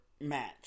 match